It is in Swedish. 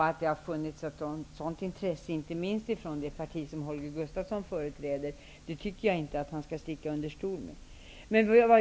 Att det funnits ett sådant intresse inte minst i det parti som Holger Gustafsson företräder tycker jag inte att han skall sticka under stol med.